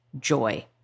joy